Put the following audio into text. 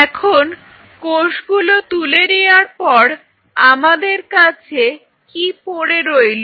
এখন কোষ গুলো তুলে নেয়ার পর আমাদের কাছে কি পড়ে রইল